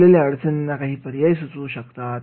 असलेल्या अडचणींसाठी काही पर्याय सुचवू शकतात